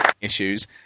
Issues